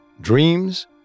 Dreams